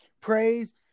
praise